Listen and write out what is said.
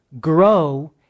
grow